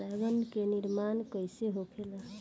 पराग कण क निर्माण कइसे होखेला?